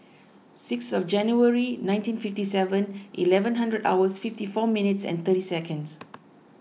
sixth January nineteen fifty Seven Eleven hundred hours fifty four minutes and thirty seconds